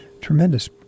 tremendous